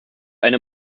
eine